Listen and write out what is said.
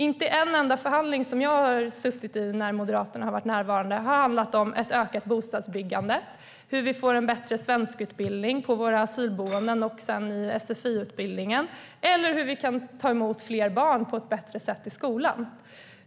Inte en enda förhandling som jag har suttit i när Moderaterna har varit närvarande har handlat om ett ökat bostadsbyggande, hur vi får en bättre svenskundervisning på våra asylboenden och i sfi-utbildningen eller hur vi kan ta emot fler barn på ett bättre sätt i skolan.